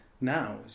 Now